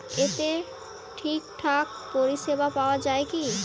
এতে ঠিকঠাক পরিষেবা পাওয়া য়ায় কি?